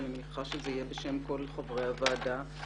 ואני מניחה שזה יהיה בשם כל חברי הוועדה,